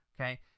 Okay